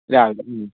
രാവിലെ